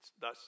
Thus